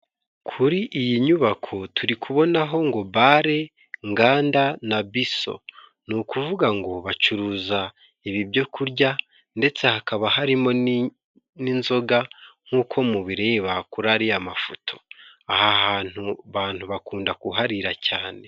Kuri iyi nyubako turi kubonaho ngo Bale, Nganda na biso. Ni ukuvuga ngo bacuruza ibi byokurya, ndetse hakaba harimo n'inzoga nk'uko mubireba kuri ariya mafoto. Aha hantu abantu bakunda kuharira cyane.